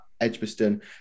Edgbaston